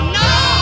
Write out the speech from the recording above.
no